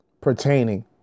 pertaining